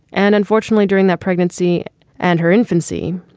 and unfortunately, during that pregnancy and her infancy,